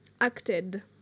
acted